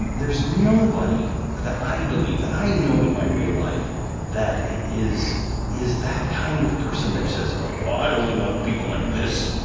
and there's nobody that i believe that i know in my real life that is is that kind of person that says, ah well, i only want people like this.